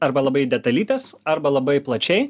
arba labai į detalytės arba labai plačiai